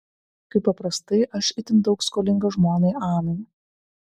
kaip paprastai aš itin daug skolingas žmonai anai